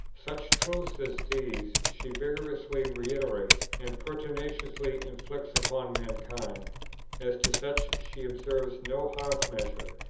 such truths as these she vigorously reiterates, and pertinaciously inflicts upon mankind as to such she observes no half-measures,